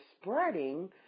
spreading